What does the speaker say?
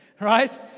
right